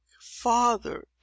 Father